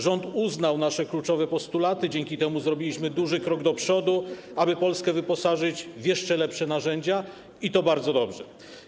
Rząd uznał nasze kluczowe postulaty, dzięki temu zrobiliśmy duży krok naprzód, aby Polskę wyposażyć w jeszcze lepsze narzędzia, i to bardzo dobrze.